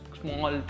small